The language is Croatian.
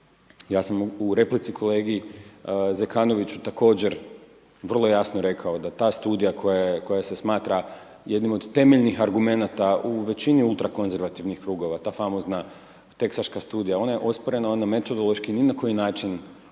Ja sam u replici kolegi Zekanoviću također vrlo jasno rekao da ta studija koja se smatra jednim od temeljnih argumenta u većini ultrakonzervativnih krugova, ta famozna teksaška studija, ona je osporena, ona metodološki ni na koji način